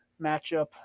matchup